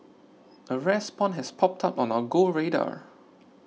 a rare spawn has popped up on our Go radar